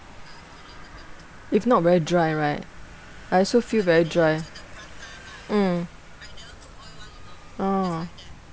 if not very dry right I also feel very dry mm oh